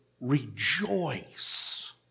rejoice